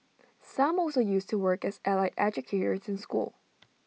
some also used to work as allied educators in schools